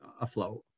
afloat